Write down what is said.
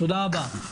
תודה רבה.